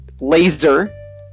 laser